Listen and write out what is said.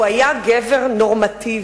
הוא היה גבר נורמטיבי.